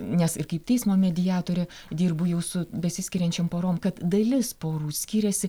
nes ir kaip teismo mediatorė dirbu jau su besiskiriančiom porom kad dalis porų skiriasi